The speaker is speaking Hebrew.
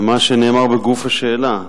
למה שנאמר בגוף השאלה.